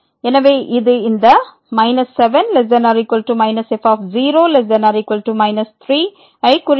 எனவே இது இந்த 7≤ f0≤ 3 ஐ குறிக்கிறது